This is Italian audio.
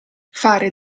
fare